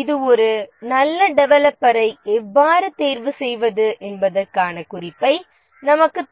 இது ஒரு நல்ல டெவலப்பரை எவ்வாறு தேர்வு செய்வது என்பதற்கான குறிப்பை நமக்குத் தரும்